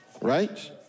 Right